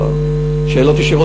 שאלות ישירות,